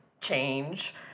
change